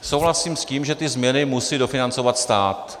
Souhlasím s tím, že ty změny musí dofinancovat stát.